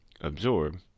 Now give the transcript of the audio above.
absorb